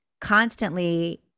constantly